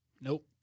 Nope